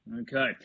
Okay